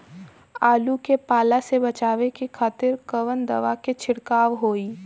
आलू के पाला से बचावे के खातिर कवन दवा के छिड़काव होई?